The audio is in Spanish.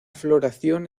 floración